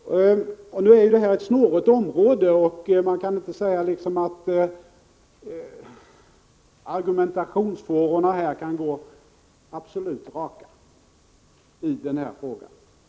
Det gäller ett snårigt område. Man kan inte begära att argumentationsfårorna skall bli absolut raka.